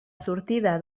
sortida